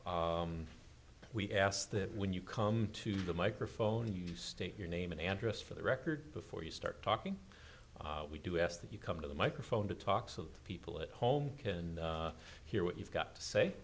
again we asked that when you come to the microphone you state your name and address for the record before you start talking we do ask that you come to the microphone to talk so that people at home can hear what you've got to say